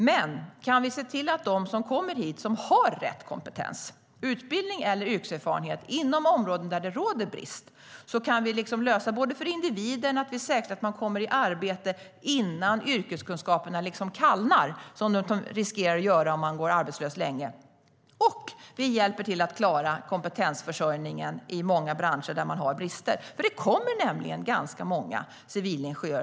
Men om vi kan se till att de som kommer hit och som har rätt kompetens - utbildning eller yrkeserfarenhet inom områden där det råder brist - kommer i arbete kan vi lösa det för individen, för om man går arbetslös länge riskerar yrkeskunskaperna att kallna. Då hjälper vi också till att klara kompetensförsörjningen i många branscher där man har brist. Det kommer nämligen ganska många civilingenjörer.